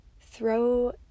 throw